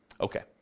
Okay